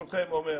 ברשותכם, אני אומר